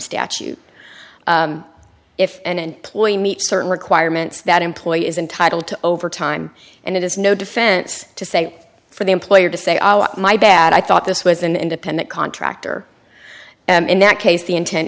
statute if and ploy meet certain requirements that employee is entitled to overtime and it is no defense to say for the employer to say ah my bad i thought this was an independent contractor and in that case the intent